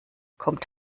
kommt